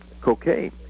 cocaine